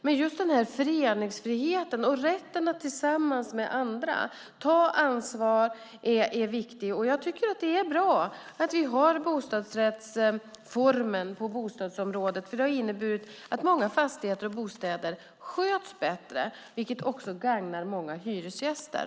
Men just föreningsfriheten och rätten att tillsammans med andra ta ansvar är viktig, och jag tycker att det är bra att vi har bostadsrättsformen på bostadsområdet, för det har inneburit att många fastigheter och bostäder sköts bättre, vilket också gagnar många hyresgäster.